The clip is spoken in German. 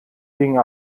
ging